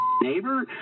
neighbor